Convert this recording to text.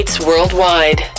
worldwide